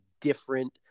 different